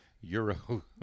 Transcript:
Euro